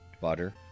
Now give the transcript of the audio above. butter